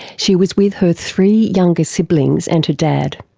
she was with her three younger siblings and her dad.